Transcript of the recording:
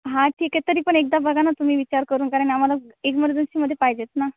हां ठीक आहे तरी पण एकदा बघा ना तुम्ही विचार करून कारण आम्हाला इमर्जन्सीमध्ये पाहिजेत ना